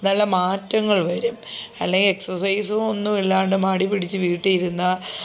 നല്ല മാറ്റങ്ങൾ വരും അല്ലെങ്കിൽ എക്സസൈസ് ഒന്നുമില്ലാണ്ട് മടിപിടിച്ച് വീട്ടിൽ ഇരുന്നാൽ